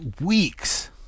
weeks